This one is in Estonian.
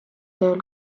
tööl